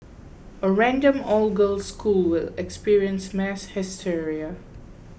a random all girls school will experience mass hysteria